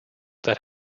that